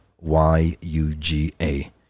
Y-U-G-A